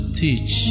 teach